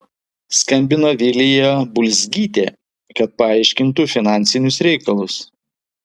skambino vilija bulzgytė kad paaiškintų finansinius reikalus